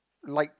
like